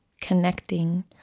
connecting